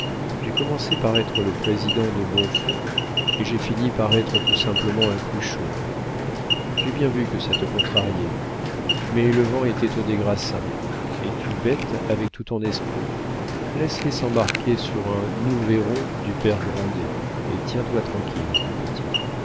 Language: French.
j'ai commencé par être le président de bonfons et j'ai fini par être tout simplement un cruchot j'ai bien vu que ça te contrariait mais le vent était aux des grassins es-tu bête avec tout ton esprit laisse-les s'embarquer sur un nous verrons du père grandet et tiens-toi tranquille mon petit